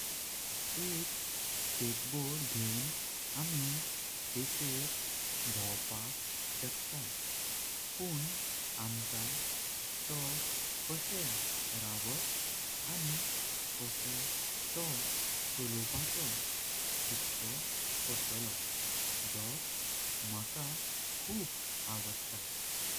एक स्केटबोर्ड घेण आपण शिक्षक भावपाक शकता पण आमका तो। कसे रवप आणि कसा तो चलोपाचो शिकचो पडलो जो मका खूब आवडता।